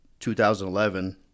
2011